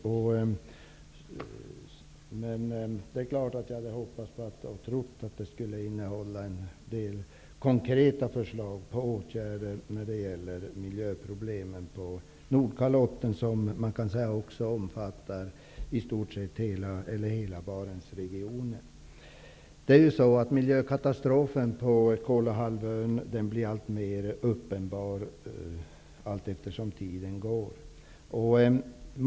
Jag hade hoppats och trott att det skulle innehålla en del konkreta förslag på åtgärder när det gäller miljöproblemen på Nordkalotten, som man kan säga också omfattar i stort sett hela Miljökatastrofen på Kolahalvön blir alltmer uppenbar allteftersom tiden går.